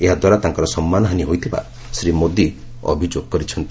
ଏହା ଦ୍ୱାରା ତାଙ୍କର ସମ୍ମାନହାନୀ ହୋଇଥିବା ଶ୍ରୀ ମୋଦି ଅଭିଯୋଗ କରିଛନ୍ତି